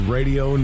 Radio